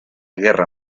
guerra